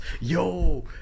Yo